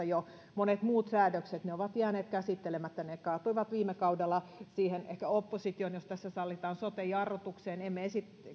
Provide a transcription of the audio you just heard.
jo monet muut säädökset ovat jääneet käsittelemättä ne kaatuivat viime kaudella ehkä opposition jos tässä sallitaan sote jarrutukseen emme